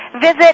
Visit